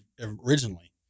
originally